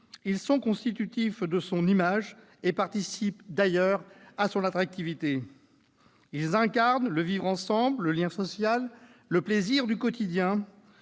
Ils sont constitutifs de son image et participent d'ailleurs à son attractivité. Ils incarnent le vivre ensemble, le lien social et le plaisir du quotidien.